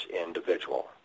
individual